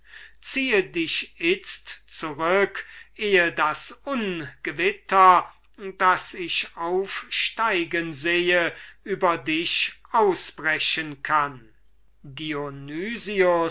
ziehe dich itzt zurück ehe das ungewitter das ich aufsteigen sehe über dich ausbrechen kann